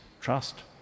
trust